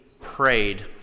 prayed